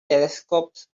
telescopes